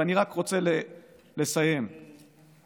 ואני רק רוצה לסיים דווקא